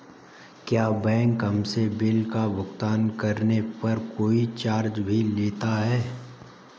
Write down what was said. क्या बैंक हमसे बिल का भुगतान करने पर कोई चार्ज भी लेता है?